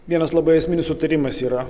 vienas labai esminis sutarimas yra